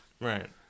Right